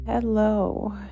hello